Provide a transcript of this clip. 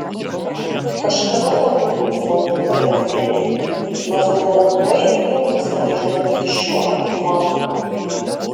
kažkada pabūgau stoti į akademiją nors buvo labai įdomu save išbandyti šiuo amplua